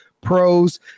pros